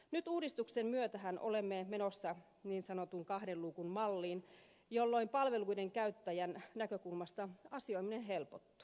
nyt uudistuksen myötähän olemme menossa niin sanotun kahden luukun malliin jolloin palveluiden käyttäjän näkökulmasta asioiminen helpottuu